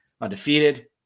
undefeated